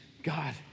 God